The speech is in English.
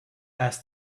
asked